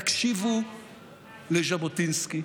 תקשיבו לז'בוטינסקי,